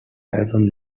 album